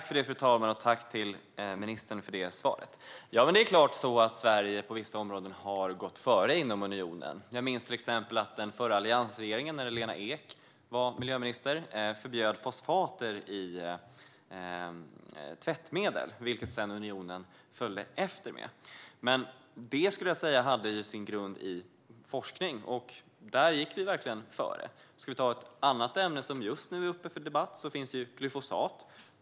Fru talman! Jag tackar ministern för det svaret. Det är klart att det är så att Sverige på vissa områden har gått före inom unionen. Jag minns till exempel att den förra alliansregeringen när Lena Ek var miljöminister förbjöd fosfater i tvättmedel, vilket sedan unionen följde efter med. Men det skulle jag säga hade sin grund i forskning. Där gick vi verkligen före. Ett ämne som just nu är uppe för debatt är glyfosat.